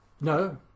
No